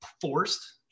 forced